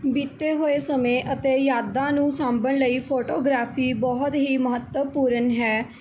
ਬੀਤੇ ਹੋਏ ਸਮੇਂ ਅਤੇ ਯਾਦਾਂ ਨੂੰ ਸਾਂਭਣ ਲਈ ਫੋਟੋਗ੍ਰਾਫੀ ਬਹੁਤ ਹੀ ਮਹੱਤਵਪੂਰਨ ਹੈ